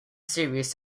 series